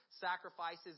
sacrifices